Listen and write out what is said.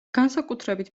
განსაკუთრებით